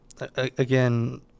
Again